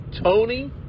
Tony